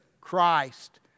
Christ